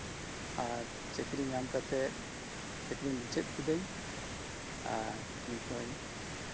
ᱟᱨ ᱪᱟᱹᱠᱨᱤ ᱧᱟᱢ ᱠᱟᱛᱮᱫ ᱪᱟᱹᱠᱨᱤ ᱢᱩᱪᱟᱹᱫ ᱠᱤᱫᱟᱹᱧ ᱟᱨ ᱱᱤᱛ ᱫᱚᱧ